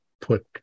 put